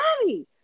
Mommy